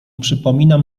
przypominam